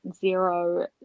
zero